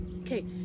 okay